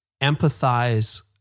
empathize